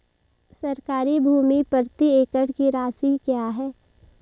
सरकारी भूमि प्रति एकड़ की राशि क्या है?